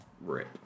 Rip